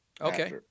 Okay